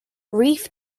reef